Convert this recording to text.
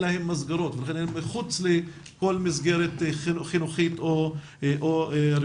להם מסגרות ולכן הם מחוץ לכל מסגרת חינוכית או רווחתית,